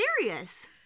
serious